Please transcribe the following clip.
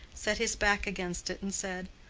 set his back against it, and said,